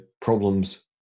problems